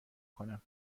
کنم